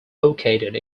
located